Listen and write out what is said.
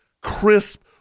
crisp